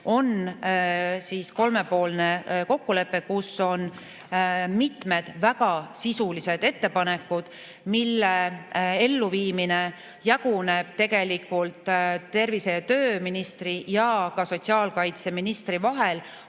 on kolmepoolne kokkulepe, kus on mitmed väga sisulised ettepanekud, mille elluviimine jaguneb tegelikult tervise‑ ja tööministri ning sotsiaalkaitseministri